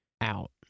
out